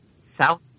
South